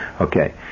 Okay